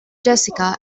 jessica